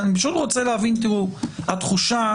פה החוק אומר לך שאחרי שלוש שנים את לא יכולה לבקש את המידע הזה,